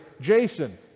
Jason